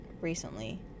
recently